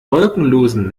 wolkenlosen